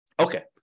Okay